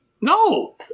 No